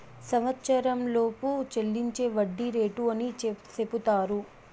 సంవచ్చరంలోపు చెల్లించే వడ్డీ రేటు అని సెపుతారు